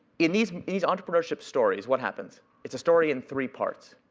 in these these entrepreneurship stories, what happens? it's a story in three parts.